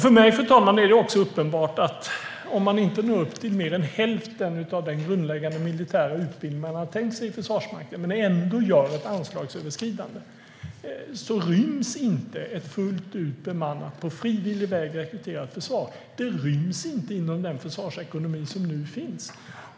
För mig, fru talman, är det också uppenbart att om man inte når upp till mer än hälften av den grundläggande militära utbildning som man har tänkt sig i Försvarsmakten men ändå gör ett anslagsöverskridande, då ryms inte ett fullt ut bemannat, på frivillig väg rekryterat försvar inom den försvarsekonomi som nu finns.